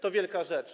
To wielka rzecz.